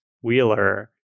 Wheeler